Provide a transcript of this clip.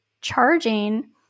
charging